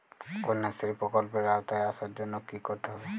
কন্যাশ্রী প্রকল্পের আওতায় আসার জন্য কী করতে হবে?